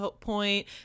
point